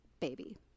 baby